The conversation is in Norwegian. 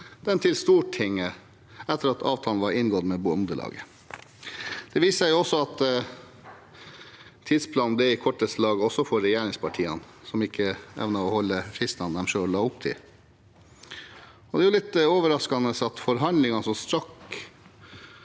det til Stortinget etter at avtalen var inngått med Norges Bondelag. Det viste seg at tidsplanen ble i korteste laget også for regjeringspartiene, som ikke evnet å overholde fristene de selv la opp til. Det er litt overraskende at forhandlingene, som trakk